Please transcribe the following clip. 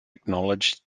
acknowledged